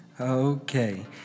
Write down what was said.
Okay